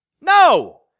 No